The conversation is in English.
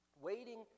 Waiting